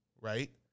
Right